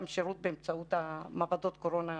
שירות באמצעות מעבדות קורונה נוספות.